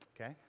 Okay